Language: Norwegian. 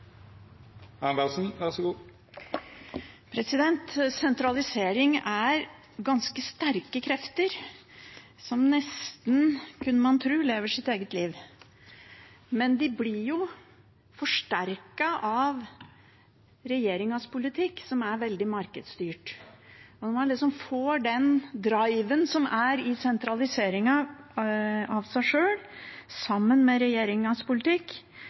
ganske sterke krefter som nesten, kunne man tro, lever sitt eget liv. Men de blir forsterket av regjeringens politikk, som er veldig markedsstyrt. Når man får den driven som i seg sjøl er i sentraliseringen, sammen med regjeringens politikk,